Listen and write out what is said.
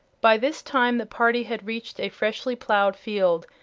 by this time the party had reached a freshly plowed field,